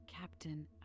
Captain